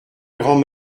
grand